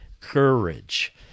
courage